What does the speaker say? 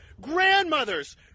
Grandmothers